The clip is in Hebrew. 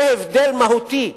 זה הבדל מהותי.